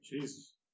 Jesus